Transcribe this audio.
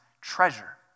treasure